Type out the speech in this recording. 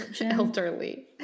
Elderly